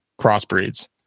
crossbreeds